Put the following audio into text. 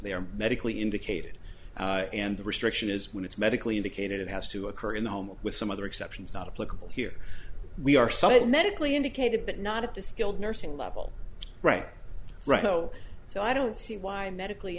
are medically indicated and the restriction is when it's medically indicated it has to occur in the home with some other exceptions not a political here we are somewhat medically indicated but not at the skilled nursing level right right oh so i don't see why medically